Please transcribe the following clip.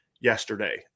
yesterday